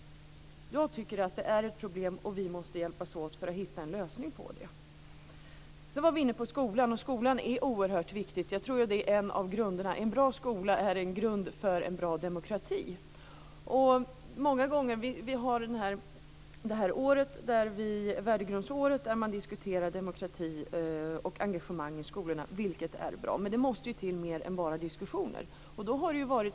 Jag tycker att det är ett problem, och vi måste hjälpas åt att hitta en lösning på det. Sedan var vi inne på frågan om skolan, och skolan är oerhört viktig. En bra skola är en grund för en bra demokrati. Vi har haft värdegrundsåret då man har diskuterat demokrati och engagemang i skolorna, vilket är bra. Men det måste ju till mer än bara diskussioner.